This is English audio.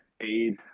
aid